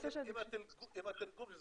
התרגום זה